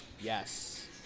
Yes